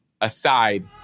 aside